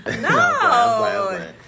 No